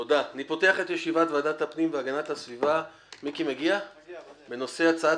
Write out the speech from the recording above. אני פותח את ישיבת ועדת הפנים והגנת הסביבה בנושא הצעת